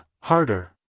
harder